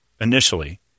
initially